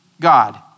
God